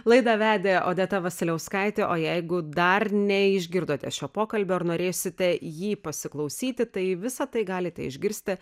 laidą vedė odeta vasiliauskaitė o jeigu dar neišgirdote šio pokalbio ar norėsite jį pasiklausyti tai visa tai galite išgirsti